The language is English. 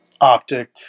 optic